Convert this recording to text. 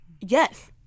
yes